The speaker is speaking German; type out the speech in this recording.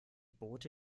boote